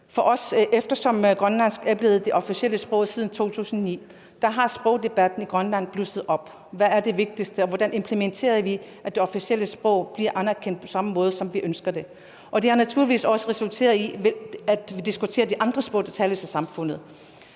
engelsk. Siden grønlandsk blev det officielle sprog i 2009, er sprogdebatten i Grønland blusset op, altså om, hvad det vigtigste er, og hvordan det implementeres, at det officielle sprog bliver anerkendt på den måde, som vi ønsker det. Det har naturligvis også resulteret i, at vi diskuterer de andre sprog i samfundet.